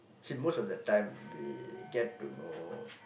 see most of the time we get to know